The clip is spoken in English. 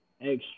extra